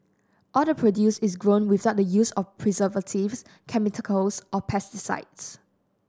all the produce is grown without the use of preservatives chemicals or pesticides